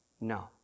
No